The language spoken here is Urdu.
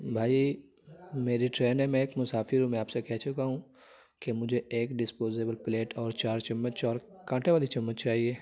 بھائی میری ٹرین ہے میں ایک مسافر ہوں میں آپ سے کہہ چکا ہوں کہ مجھے ایک ڈسپوزیبل پلیٹ اور چار چمچ اور کانٹے والی چمچ چاہیے